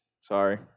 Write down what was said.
Sorry